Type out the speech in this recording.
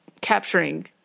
capturing